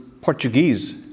Portuguese